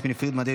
יסמין פרידמן,